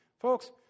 Folks